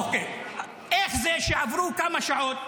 איך זה שעברו כמה שעות,